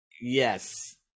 yes